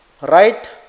right